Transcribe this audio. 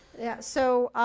yeah, so